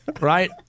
right